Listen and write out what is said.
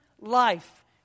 life